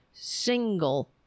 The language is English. single